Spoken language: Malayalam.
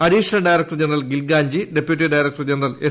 അഡീഷണൽ ഡയറക്ടർ ജനറൽ കിൽഗ്രാഞ്ചി ഡെപ്യൂട്ടി ഡയറക്ടർ ജനറൽ എസ്